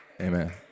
Amen